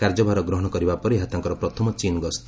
କାର୍ଯ୍ୟଭାର ଗ୍ରହଣ କରିବା ପରେ ଏହା ତାଙ୍କର ପ୍ରଥମ ଚୀନ୍ ଗସ୍ତ